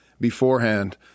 beforehand